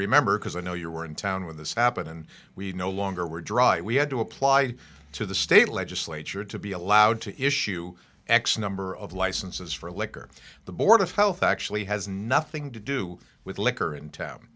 remember because i know you were in town with this happen and we no longer were dry we had to apply to the state legislature to be allowed to issue x number of licenses for liquor the board of health actually has nothing to do with liquor in town